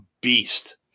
beast